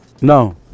No